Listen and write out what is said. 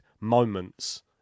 moments